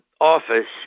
office